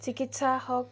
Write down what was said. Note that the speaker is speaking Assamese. চিকিৎসা হওঁক